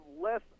less